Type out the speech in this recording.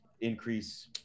increase